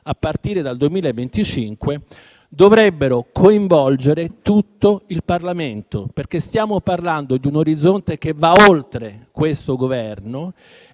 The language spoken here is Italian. a partire dal 2025, dovrebbe coinvolgere tutto il Parlamento, perché stiamo parlando di un orizzonte che va oltre questo Governo